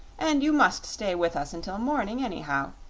and you must stay with us until morning, anyhow.